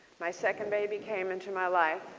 my second baby came into my life